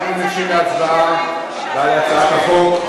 אנחנו ניגשים להצבעה על הצעת החוק,